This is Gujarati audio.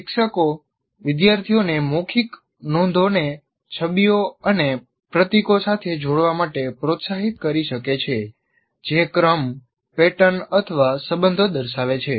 શિક્ષકો વિદ્યાર્થીઓને મૌખિક નોંધોને છબીઓ અને પ્રતીકો સાથે જોડવા માટે પ્રોત્સાહિત કરી શકે છે જે ક્રમ પેટર્ન અથવા સંબંધો દર્શાવે છે